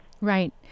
Right